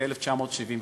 ב-1973,